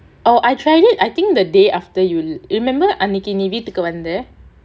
oh I tried it I think the day after you you remember அன்னிக்கி நீ வீட்டுக்கு வந்த:annikki nee veettukku vantha